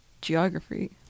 geography